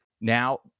Now